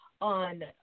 on